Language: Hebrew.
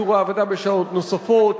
איסור העבדה בשעות נוספות,